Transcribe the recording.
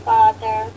Father